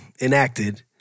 enacted